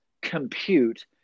compute